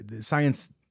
science